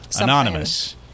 anonymous